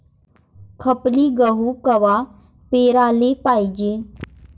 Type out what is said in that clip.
खपली गहू कवा पेराले पायजे?